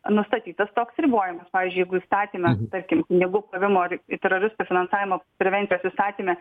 nustatytas toks ribojimas pavyzdžiui jeigu įstatyme tarkim pinigų plovimo ir teroristų finansavimo prevencijos įstatyme